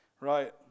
right